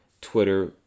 Twitter